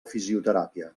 fisioteràpia